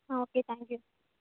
ah okay thank you